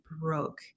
broke